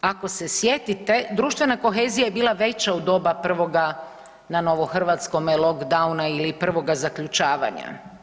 Ako se sjetite društvena kohezija je bila veća u doba prvoga na novohrvatskom lockdowna ili prvoga zaključavanja.